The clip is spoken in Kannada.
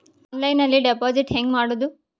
ಆನ್ಲೈನ್ನಲ್ಲಿ ಡೆಪಾಜಿಟ್ ಹೆಂಗ್ ಮಾಡುದು?